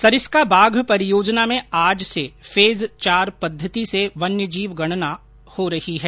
सरिस्का बाघ परियोजना में आज से फेज चार पद्धति से वन्य जीव गणना हो रही है